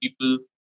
people